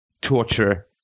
torture